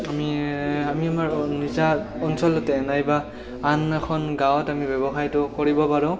আমি আমাৰ নিজা অঞ্চলতে নাইবা আন এখন গাঁৱত আমি ব্যৱসায়টো কৰিব পাৰোঁ